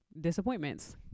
disappointments